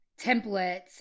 templates